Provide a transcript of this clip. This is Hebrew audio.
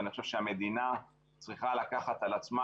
ואני חושב שהמדינה צריכה לקחת על עצמה,